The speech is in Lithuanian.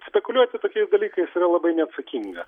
spekuliuoti tokiais dalykais yra labai neatsakinga